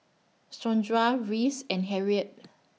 Sondra Rhys and Harriette